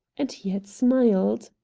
and he had smiled.